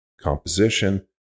composition